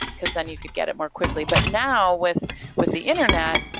because then you could get it more quickly. but now with with the internet,